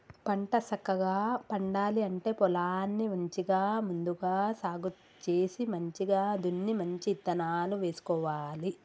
పంట సక్కగా పండాలి అంటే పొలాన్ని మంచిగా ముందుగా సాగు చేసి మంచిగ దున్ని మంచి ఇత్తనాలు వేసుకోవాలి